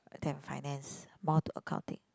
and finance more to accounting